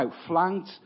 outflanked